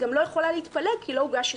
היא גם לא יכולה להתפלג כי לא הוגש הסכם.